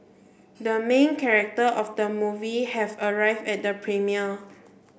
the main character of the movie has arrived at the premiere